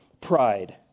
pride